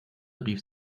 rief